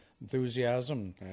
enthusiasm